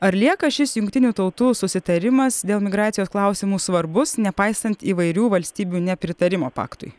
ar lieka šis jungtinių tautų susitarimas dėl migracijos klausimų svarbus nepaisant įvairių valstybių nepritarimo paktui